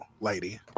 lady